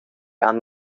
han